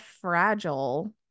fragile